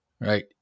right